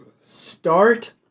start